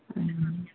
हॅं